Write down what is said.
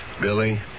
Billy